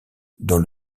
dans